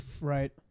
right